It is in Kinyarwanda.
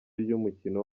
ry’umukino